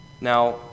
Now